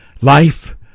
life